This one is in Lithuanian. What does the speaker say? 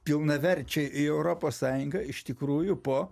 pilnaverčiai į europos sąjungą iš tikrųjų po